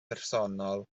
personol